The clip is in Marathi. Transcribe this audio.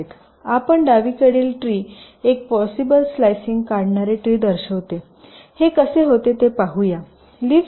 आता डावीकडील हे ट्री एक पॉसिबल स्लायसिंग काढणारे ट्री दर्शवते हे कसे होते ते पाहू या